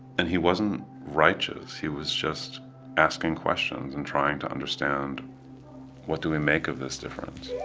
and he wasn't righteous, he was just asking questions, and trying to understand what do we make of this difference,